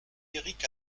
éric